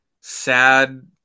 sad